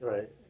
Right